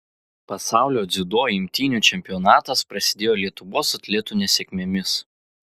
pasaulio dziudo imtynių čempionatas prasidėjo lietuvos atletų nesėkmėmis